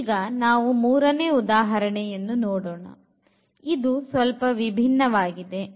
ಈಗ ನಾವು ಮೂರನೇ ಉದಾಹರಣೆಯನ್ನು ನೋಡೋಣ ಇದು ಸ್ವಲ್ಪ ವಿಭಿನ್ನವಾಗಿದೆ